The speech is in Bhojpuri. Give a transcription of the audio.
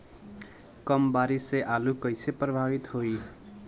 कम बारिस से आलू कइसे प्रभावित होयी?